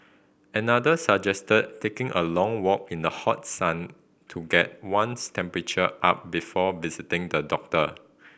another suggested taking a long walk in the hot sun to get one's temperature up before visiting the doctor